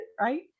right